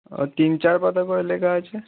ও তিন চার পাতা করে লেখা আছে